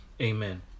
Amen